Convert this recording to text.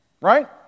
right